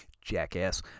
Jackass